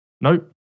Nope